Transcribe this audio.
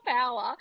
power